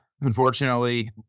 unfortunately